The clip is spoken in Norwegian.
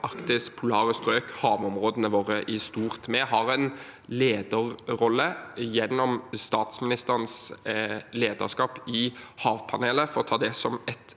Arktis, polare strøk – havområdene våre i stort. Vi har en lederrolle gjennom statsministerens lederskap i havpanelet, for å ta det som et